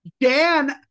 Dan